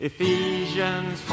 Ephesians